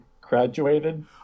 graduated